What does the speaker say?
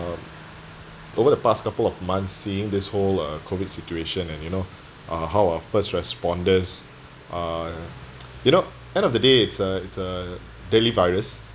um over the past couple of months seeing this whole uh COVID situation and you know uh how are first responders uh you know end of the day it's a it's a deadly virus